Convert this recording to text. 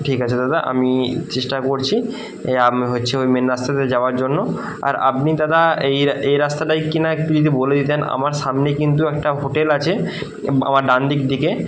ঠিক আছে দাদা আমি চেষ্টা করছি আপনার হচ্ছে ওই মেন রাস্তাতে যাওয়ার জন্য আর আপনি দাদা এই এই রাস্তাটায় কী না একটু যদি বলে দিতেন আমার সামনে কিন্তু একটা হোটেল আছে আমার ডান দিক দিকে